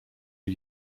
are